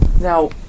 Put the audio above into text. Now